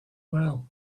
well